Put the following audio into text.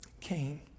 Cain